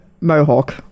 mohawk